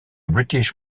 british